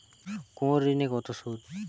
কোন ঋণে কত সুদ?